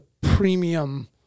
premium